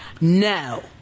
no